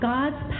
God's